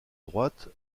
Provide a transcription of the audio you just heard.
droite